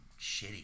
shitty